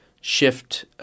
shift